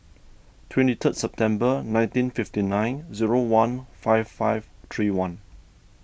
twenty third September nineteen fifty nine zero one five five three one